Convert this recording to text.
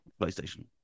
PlayStation